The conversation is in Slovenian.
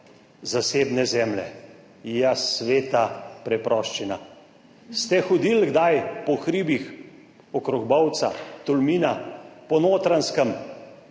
zasebne zemlje. Ja, sveta preproščina. Ste hodili kdaj po hribih okrog Bovca, Tolmina, po Notranjskem,